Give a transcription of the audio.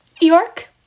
York